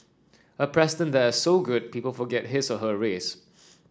a president that is so good people forget his or her race